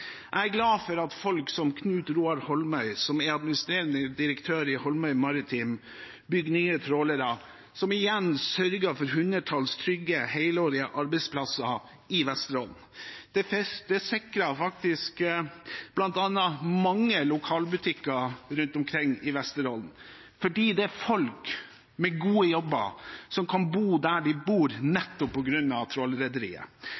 Jeg er glad for at folk som Knut Roar Holmøy, som er administrerende direktør i Holmøy Maritime, bygger nye trålere, som igjen sørger for hundretalls trygge, helårige arbeidsplasser i Vesterålen. Det sikrer bl.a. mange lokalbutikker rundt omkring i Vesterålen, fordi det er folk med gode jobber som kan bo der de bor,